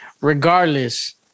Regardless